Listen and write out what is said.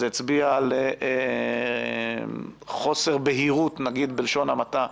זה הצביע על חוסר בהירות, נגיד בלשון המעטה,